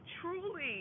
truly